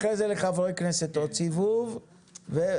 ואחרי זה לחברי כנסת עוד סיבוב ולזום,